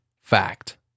fact